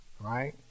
Right